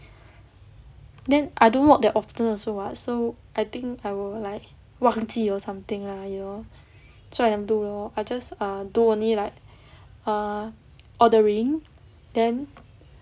then I don't work that often also [what] so I think I will like 忘记 or something lah you know so I let them do lor I just err do only like err ordering then